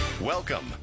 Welcome